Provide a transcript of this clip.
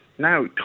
Now